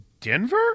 Denver